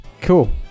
Cool